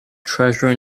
treasure